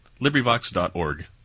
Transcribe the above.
LibriVox.org